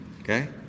okay